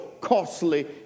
costly